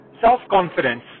self-confidence